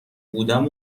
بودم